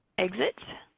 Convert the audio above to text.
exit.